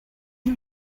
you